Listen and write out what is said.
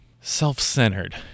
self-centered